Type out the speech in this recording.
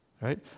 right